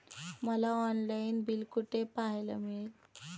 मला online bill कुठे पाहायला मिळेल?